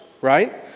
right